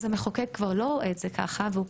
אבל המחוקק כבר לא רואה את זה ככה והוא